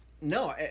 no